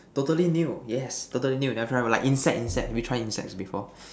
totally new yes totally new never try like insect insect have you tried insect before